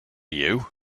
you